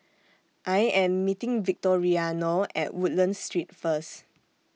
I Am meeting Victoriano At Woodlands Street First